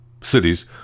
cities